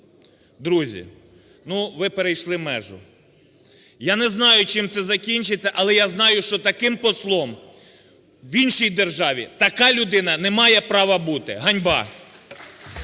Друзі, ну ви перейшли межу. Я не знаю, чим це закінчиться, але я знаю, що таким послом в іншій державі така людина не має права бути. Ганьба!